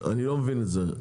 אני לא מבין את זה.